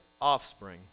offspring